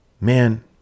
man